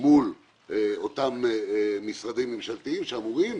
מול אותם משרדים ממשלתיים שאמורים